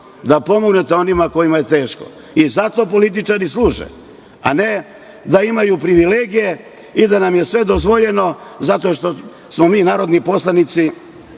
da pomognete onima kojima je teško. Zato političari i služe, a ne da imaju privilegije i da nam je sve dozvoljeno zato što smo mi narodni poslanici